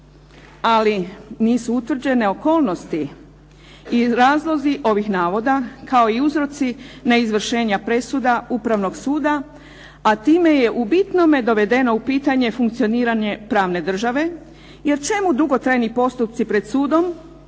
ali nisu utvrđene okolnosti i razlozi ovih navoda kao i uzroci neizvršenja presuda Upravnog suda a time je bitno dovedeno u pitanje funkcioniranje pravne države, jer čemu dugotrajni procesi pred sudom